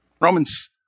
Romans